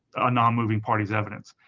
a non-moving party's evidence.